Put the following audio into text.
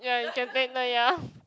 ya you can take that ya